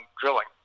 drilling